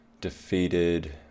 defeated